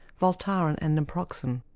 voltaren and naproxen.